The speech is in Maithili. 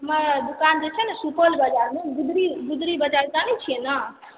हमर दोकान जे छै ने सुपौल बजारमे गुदड़ी गुदड़ी बजार जानै छियै ने